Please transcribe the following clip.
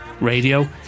Radio